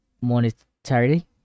monetary